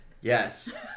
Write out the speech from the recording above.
Yes